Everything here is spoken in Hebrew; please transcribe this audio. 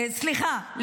סליחה,